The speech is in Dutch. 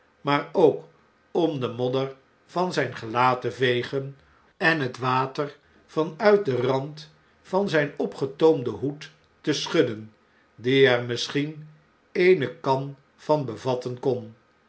maar ook om de modder van zn'n gelaat te vegen en het water van uit den rand van zjjn opgetoomden hoed te schudden die er misschien eene kan van bevatten kon